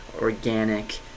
organic